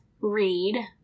Read